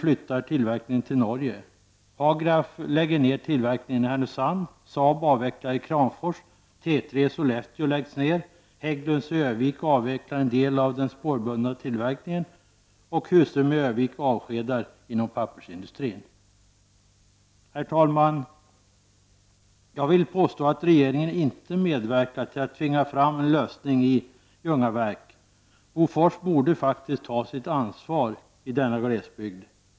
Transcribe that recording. Jag vill påstå att regeringen inte medverkar till att tvinga fram en lösning i Ljungaverk. Bofors borde ta sitt ansvar i denna glesbygd.